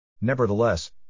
Nevertheless